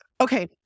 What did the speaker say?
Okay